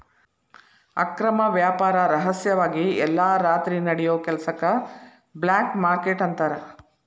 ಅಕ್ರಮ ವ್ಯಾಪಾರ ರಹಸ್ಯವಾಗಿ ಎಲ್ಲಾ ರಾತ್ರಿ ನಡಿಯೋ ಕೆಲಸಕ್ಕ ಬ್ಲ್ಯಾಕ್ ಮಾರ್ಕೇಟ್ ಅಂತಾರ